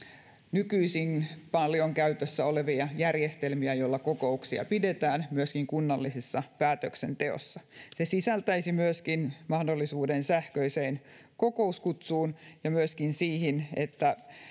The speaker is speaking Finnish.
nykyisin paljon käytössä olevia järjestelmiä joilla kokouksia pidetään myöskin kunnallisessa päätöksenteossa se sisältäisi mahdollisuuden sähköiseen kokouskutsuun ja myöskin siihen että